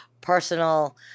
personal